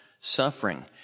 suffering